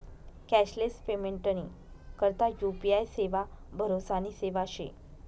cashless पेमेंटनी करता UPI सेवा भरोसानी सेवा शे